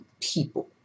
people